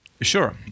Sure